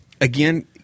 again